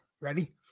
ready